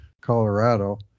Colorado